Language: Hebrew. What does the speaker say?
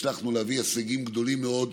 הצלחנו להביא הישגים גדולים מאוד,